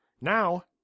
Now